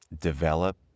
develop